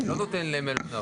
לא נותן למלונאות.